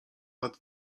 lat